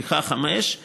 בריכה 5,